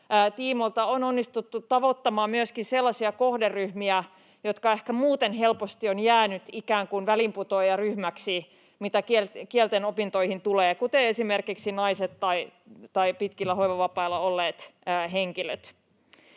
on onnistuttu tavoittamaan myöskin sellaisia kohderyhmiä, jotka ehkä muuten helposti ovat jääneet ikään kuin väliinputoajaryhmiksi, mitä kielten opintoihin tulee, esimerkiksi naiset tai pitkillä hoivavapailla olleet henkilöt.